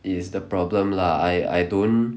is the problem lah I I don't